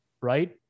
Right